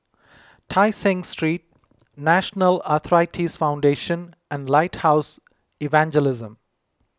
Tai Seng Street National Arthritis Foundation and Lighthouse Evangelism